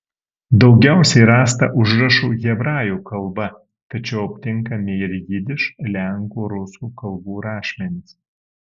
daugiausiai rasta užrašų hebrajų kalba tačiau aptinkami ir jidiš lenkų rusų kalbų rašmenys